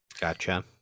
Gotcha